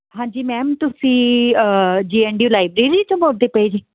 ਹਾਂਜੀ ਮੈਮ ਤੁਸੀਂ J and U library ਚੋਂ ਬੋਲਦੇ ਪਏ ਜੀ